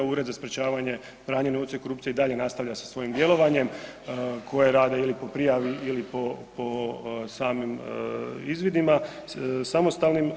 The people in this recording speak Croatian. Ured za sprječavanje pranja novca i korupcije i dalje nastavlja sa svojim djelovanjem koje rade ili po prijavi ili po, po samim izvidima samostalnim.